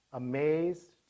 amazed